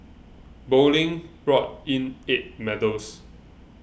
bowling brought in eight medals